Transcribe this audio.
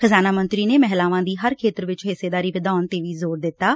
ਖਜ਼ਾਨਾ ਮੰਤਰੀ ਨੇ ਮਹਿਲਾਵਾਂ ਦੀ ਹਰ ਖੇਤਰ ਵਿਚ ਹਿੱਸੇਦਾਰੀ ਵਧਾਉਣ ਤੇ ਵੀ ਜ਼ੋਰ ਦਿੱਤੈ